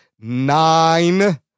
nine